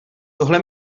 tohle